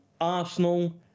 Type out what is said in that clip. Arsenal